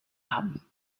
haben